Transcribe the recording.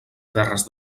terres